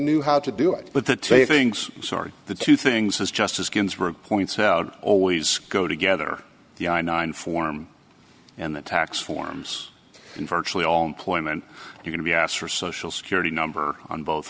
knew how to do it but the tape things sorry the two things as justice ginsburg points out always go together the i nine form and the tax forms and virtually all employment you can be asked for social security number on both